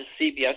CBS